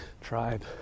tribe